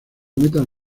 metas